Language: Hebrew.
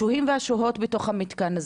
השוהים והשוהות בתוך המתקן הזה.